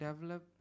develop